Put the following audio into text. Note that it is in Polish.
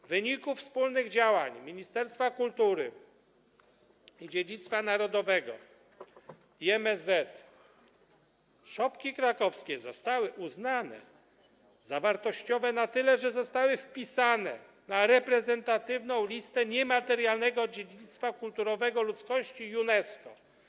W wyniku wspólnych działań Ministerstwa Kultury i Dziedzictwa Narodowego i MSZ szopki krakowskie zostały uznane za wartościowe na tyle, że zostały wpisane na reprezentatywną listę niematerialnego dziedzictwa kulturowego ludzkości UNESCO.